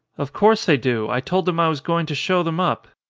of course they do i told them i was going to show them up.